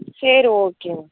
சரி okay ma'am